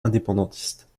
indépendantiste